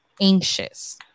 anxious